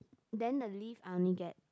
then the leave I only get